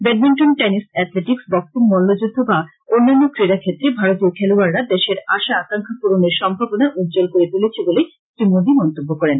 badminton tennis athletics boxing মল্লযুদ্ধ বা অন্যান্য ক্রীড়া ক্ষেত্রে ভারতীয় খলোয়াড়রা দেশের আশা আকাঙ্খা পুরণের সম্ভাবনা উজ্জল করে তলেছে বলে শ্রী মোদি মন্তব্য করেন